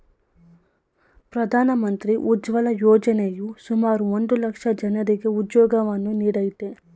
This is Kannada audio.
ಪ್ರಧಾನ ಮಂತ್ರಿ ಉಜ್ವಲ ಯೋಜನೆಯು ಸುಮಾರು ಒಂದ್ ಲಕ್ಷ ಜನರಿಗೆ ಉದ್ಯೋಗವನ್ನು ನೀಡಯ್ತೆ